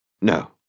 No